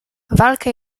walkę